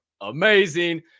amazing